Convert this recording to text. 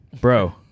Bro